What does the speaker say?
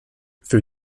für